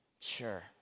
Sure